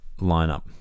lineup